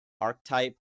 Archetype